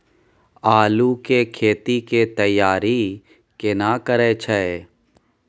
आलू के खेती के तैयारी केना करै छै?